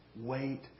wait